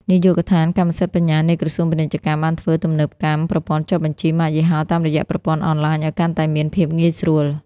នាយកដ្ឋានកម្មសិទ្ធិបញ្ញានៃក្រសួងពាណិជ្ជកម្ម បានធ្វើទំនើបកម្មប្រព័ន្ធចុះបញ្ជីម៉ាកយីហោតាមរយៈប្រព័ន្ធអនឡាញឱ្យកាន់តែមានភាពងាយស្រួល។